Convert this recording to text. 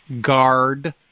guard